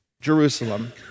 Jerusalem